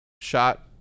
shot